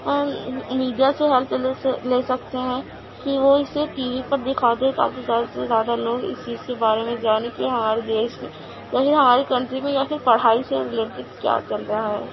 ہم میڈیا سے ہیلپ لے سے لے سکتے ہیں کہ وہ اِسے ٹی وی پر دیکھا دے تا کہ زیادہ سے زیادہ لوگ اِس چیز کے بارے میں جانیں کہ ہمارے دیش میں یا پھر ہمارے کنٹری میں یا پھر پڑھائی سے ریلیٹیڈ کیا چل رہا ہے